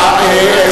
מה אתה רוצה.